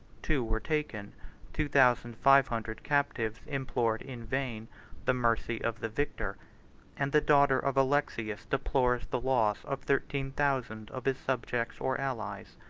two were taken two thousand five hundred captives implored in vain the mercy of the victor and the daughter of alexius deplores the loss of thirteen thousand of his subjects or allies.